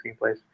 screenplays